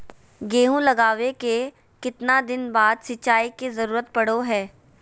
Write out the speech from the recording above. गेहूं लगावे के कितना दिन बाद सिंचाई के जरूरत पड़ो है?